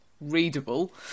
readable